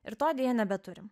ir to deja nebeturim